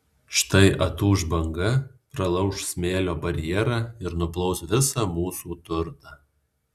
štai atūš banga pralauš smėlio barjerą ir nuplaus visą mūsų turtą